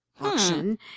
auction